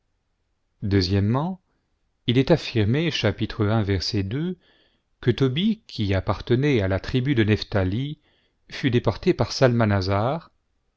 il est affirmé que tobie qui appartenait à la tribu de nephthali fut déporté par